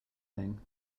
thing